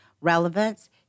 relevance